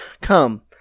Come